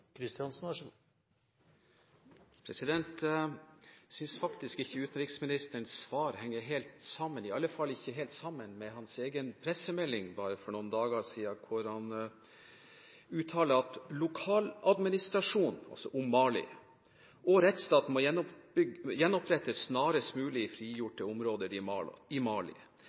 synes faktisk ikke utenriksministerens svar henger helt sammen, i alle fall ikke helt sammen med hans egen pressemelding for bare noen dager siden, der han uttaler om Mali: «Lokaladministrasjon og rettsstaten må gjenopprettes snarest mulig i frigjorte områder i Mali. Dersom lokalbefolkningen ikke opplever en slik utvikling, risikerer vi at områdene faller tilbake i